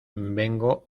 vengo